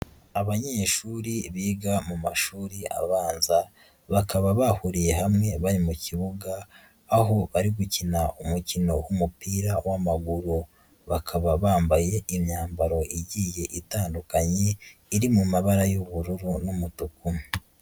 Abanyeshuri biga mu mashuri abanza bakaba bahuriye hamwe bari mukibuga, aho bari gukina umukino wumupira wamaguru, bakaba bambaye imyambaro igiye itandukanye, iri mu mabara y'ubururu n'umutuku.